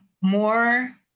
more